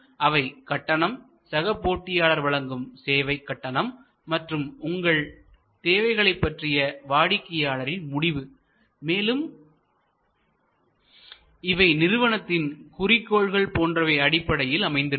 அவை கட்டணம் சக போட்டியாளர்கள் வழங்கும் சேவை கட்டணம் மற்றும் உங்கள் சேவைகளைப் பற்றிய வாடிக்கையாளரின் முடிவு மேலும் இவை நிறுவனத்தின் குறிக்கோள்கள் போன்றவை அடிப்படையில் அமைந்திருக்கும்